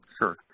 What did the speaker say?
Sure